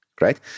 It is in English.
right